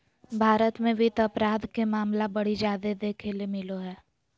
भारत मे वित्त अपराध के मामला बड़ी जादे देखे ले मिलो हय